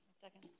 Second